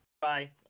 bye